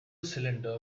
cylinder